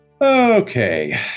okay